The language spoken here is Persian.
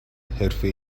حرفه